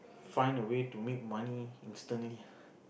find a way to make money instantly